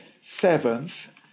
seventh